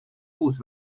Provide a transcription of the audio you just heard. uus